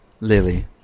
Lily